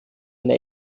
eine